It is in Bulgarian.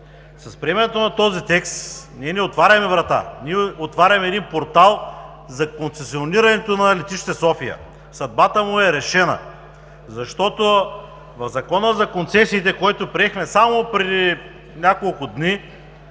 с приемането на този текст, ние не отваряме врата, ние отваряме един портал за концесионирането на Летище София. Съдбата му е решена! Защото в Закона за концесиите, който приехме само преди няколко дни,